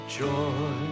joy